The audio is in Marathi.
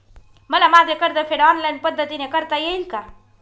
मला माझे कर्जफेड ऑनलाइन पद्धतीने करता येईल का?